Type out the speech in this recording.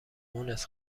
مونس